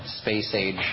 space-age